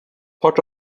part